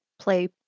play